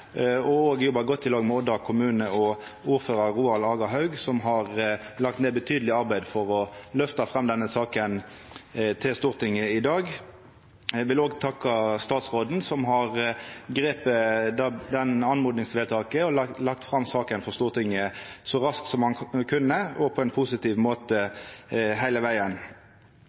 godt i lag med Odda kommune og ordførar Roald Aga Haug, som har lagt ned betydeleg arbeid for å løfta fram denne saka til Stortinget i dag. Eg vil òg takka statsråden, som har gripe oppmodingsvedtaket og lagt fram saka for Stortinget så raskt som han kunne, og på ein positiv måte heile vegen.